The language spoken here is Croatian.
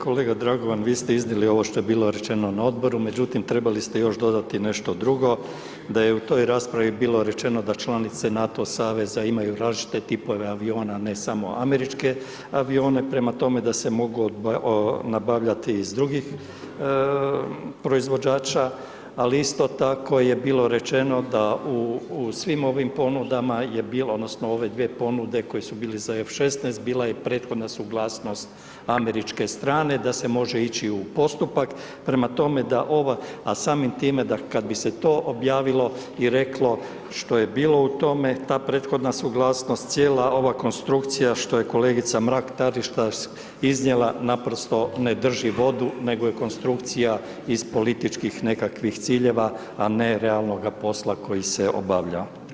Kolega Dragovan, vi ste iznijeli ovo što je bilo rečeno na odboru, međutim, trebali ste još dodati nešto drugo, da je u toj raspravi bilo rečeno da članice NATO saveza imaju različite tipove aviona, ne samo američke avione, prema tome, da se moglo nabavljati iz drugih proizvođača, ali isto tako je bilo rečeno da u svim ovim ponudama je bilo odnosno ove dvije ponude koje su bile za F-16 bila je prethodna suglasnost američke strane da se može ići u postupak, prema tome, da ova, a samim time da kad bi se to objavilo i reklo što je bilo u tome, ta prethodna suglasnost, cijela ova konstrukcija što je kolegica Mrak Taritaš iznijela naprosto ne drži vodu, nego je konstrukcija iz političkih nekakvih ciljeva, a ne realnoga posla koji se obavljao.